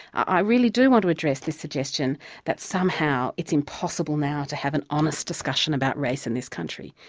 i really do want to address this suggestion that somehow it's impossible now to have an honest discussion about race in this country.